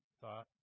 thought